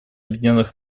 объединенных